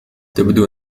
تبدو